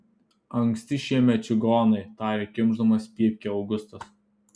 anksti šiemet čigonai tarė kimšdamas pypkę augustas